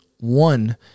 one